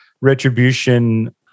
retribution